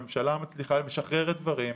הממשלה מצליחה ומשחררת דברים,